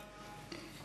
אני מודה לך.